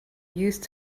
used